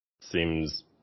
seems